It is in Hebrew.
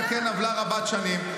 לא מתקן עוולה רבת-שנים.